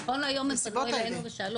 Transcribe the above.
כי נכון להיום הם פנו אלינו והם שאלו